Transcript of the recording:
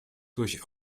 durch